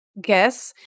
guess